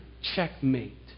checkmate